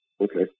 Okay